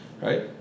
right